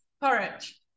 Porridge